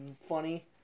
funny